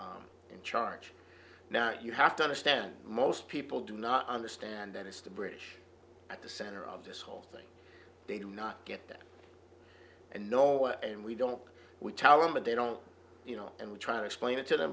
really in charge now you have to understand most people do not understand that is the british at the center of this whole thing they do not get that and no and we don't we tell them but they don't you know and we try to explain it to them